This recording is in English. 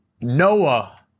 Noah